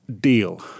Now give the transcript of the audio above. deal